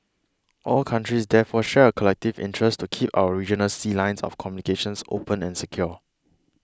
all countries therefore share a collective interest to keep our regional sea lines of communications sopen and secure